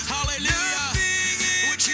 Hallelujah